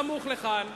סמוך לכאן,